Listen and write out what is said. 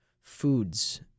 foods